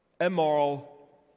immoral